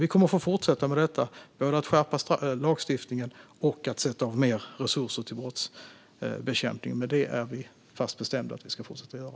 Vi kommer att få fortsätta med detta, både att skärpa lagstiftningen och att sätta av mer resurser till brottsbekämpning, men det är vi fast beslutna att göra.